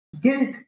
Guilt